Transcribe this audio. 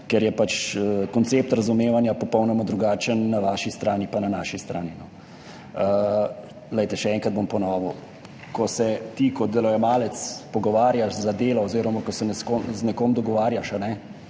ker je pač koncept razumevanja popolnoma drugačenna vaši strani in na naši strani. Še enkrat bom ponovil, ko se ti kot delojemalec pogovarjaš za delo oziroma ko se z nekom dogovarjaš,